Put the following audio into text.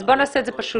אז בוא נעשה את זה פשוט.